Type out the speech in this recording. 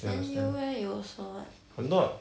do you understand I'm not